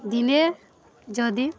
ଦିନେ ଯଦି